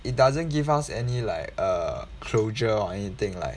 it doesn't give us any like uh closure or anything like